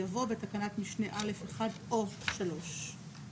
" יבוא " בתקנת משנה (א)(1) או (3)".